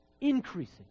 Increasing